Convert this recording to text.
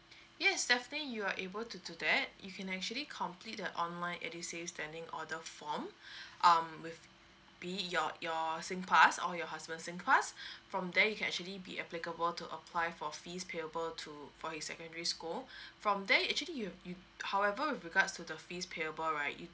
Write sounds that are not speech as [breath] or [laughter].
yes definitely you are able to do that you can actually complete the online edusave standing order form [breath] um with be it your your singpass or your husband singpass [breath] from there you can actually be applicable to apply for fees payable to for his secondary school [breath] from there actually you've you however with regards to the fees payable right you